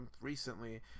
recently